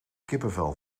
kippenvel